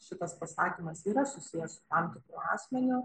šitas pasakymas yra susijęs su tam tik asmeniu